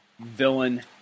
Villain